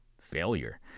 failure